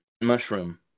mushroom